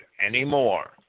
anymore